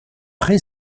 pré